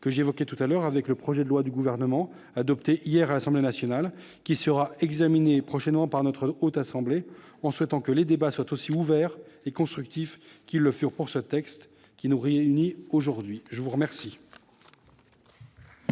que j'évoquais tout à l'heure, avec le projet de loi du Gouvernement adopté hier par l'Assemblée nationale et qui sera examiné prochainement par la Haute Assemblée. Je souhaite que les débats soient aussi ouverts et constructifs qu'ils l'ont été pour le texte qui nous réunit aujourd'hui. La parole